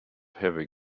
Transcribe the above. heavy